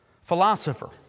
philosopher